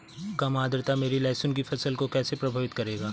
कम आर्द्रता मेरी लहसुन की फसल को कैसे प्रभावित करेगा?